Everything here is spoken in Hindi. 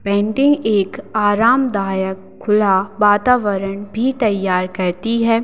पेंटिंग एक आरामदायक खुला वातावरण भी तैयार करती है